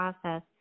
process